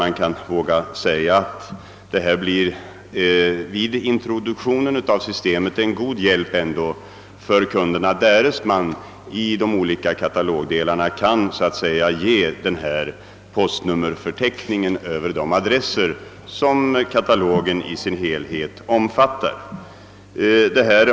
Man kan ändå våga säga att det vid introduktionen av systemet blir en god hjälp för kunden, därest det i de olika katalogdelarna återfinns en postnummerförteckning över de adresser som katalogen i sin helhet omfattar.